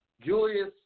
Julius